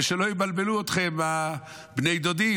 ושלא יבלבלו אתכם הבני דודים,